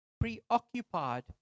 preoccupied